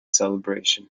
celebration